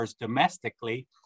domestically